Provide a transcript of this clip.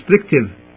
restrictive